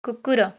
କୁକୁର